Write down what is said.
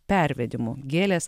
pervedimu gėlės